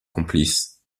complice